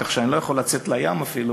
כך שאני לא יכול לצאת לים אפילו